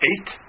Eight